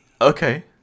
Okay